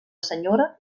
senyora